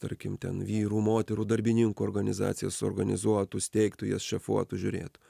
tarkim ten vyrų moterų darbininkų organizacijas suorganizuotų steigtų jas šefuotų žiūrėtų